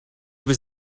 was